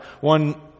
one